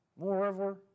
Moreover